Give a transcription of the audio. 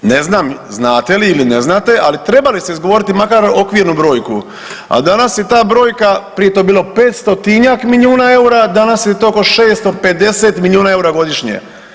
Ne znam znate li ili ne znate, ali trebali ste izgovoriti makar okvirnu brojku, a danas je ta brojka, prije je to bilo 500-njak milijuna eura, danas je to oko 650 milijuna eura godišnje.